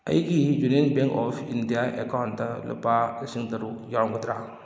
ꯑꯩꯒꯤ Union Bank of India account ꯂꯨꯄꯥ ꯂꯤꯁꯤꯡ ꯇꯔꯨꯛ ꯌꯥꯎꯒꯗ꯭ꯔꯥ